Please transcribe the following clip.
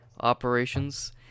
operations